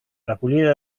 recollida